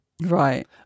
Right